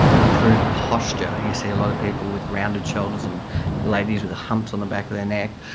improved posture. you see a lot of people with rounded shoulders and ladies with humps on the back of their neck.